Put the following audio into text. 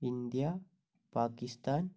India Pakistan